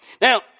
Now